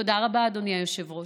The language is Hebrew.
תודה רבה, אדוני היושב-ראש.